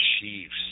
Chiefs